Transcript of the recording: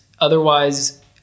otherwise